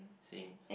same